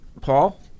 Paul